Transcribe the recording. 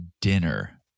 dinner